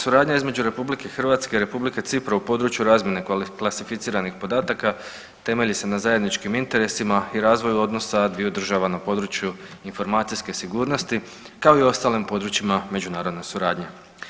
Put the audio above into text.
Suradnja između RH i Republike Cipra u području razmjene klasificiranih podataka temelji se na zajedničkim interesima i razvoju odnosa dviju država na području informacijske sigurnosti, kao i ostalim područjima međunarodne suradnje.